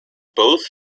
both